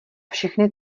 všechny